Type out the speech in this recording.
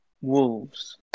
Wolves